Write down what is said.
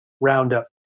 Roundup